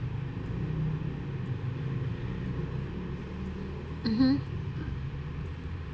mmhmm